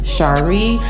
Shari